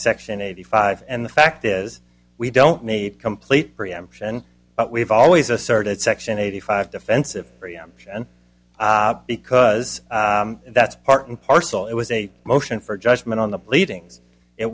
section eighty five and the fact is we don't need complete preemption but we've always asserted section eighty five defensive preemption because that's part and parcel it was a motion for judgment on the pleadings it